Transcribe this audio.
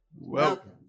Welcome